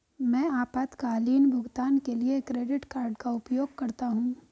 मैं आपातकालीन भुगतान के लिए क्रेडिट कार्ड का उपयोग करता हूं